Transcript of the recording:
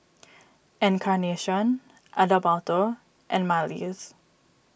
Encarnacion Adalberto and Marlys